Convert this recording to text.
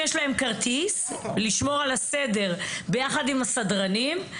שיש להם כרטיס ולשמור על הסדר ביחד עם הסדרנים.